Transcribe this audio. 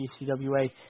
ECWA